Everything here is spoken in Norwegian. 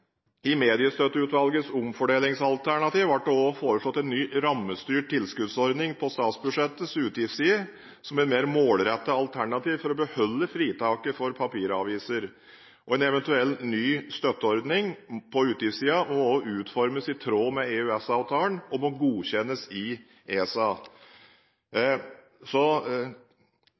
Mediestøtteutvalgets omfordelingsalternativ ble det også foreslått en ny rammestyrt tilskuddsordning på statsbudsjettets utgiftsside som et mer målrettet alternativ for å beholde fritaket for papiraviser. En eventuell ny støtteordning på utgiftssiden må utformes i tråd med EØS-avtalen og godkjennes i ESA.